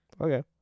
Okay